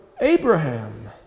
Abraham